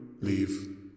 leave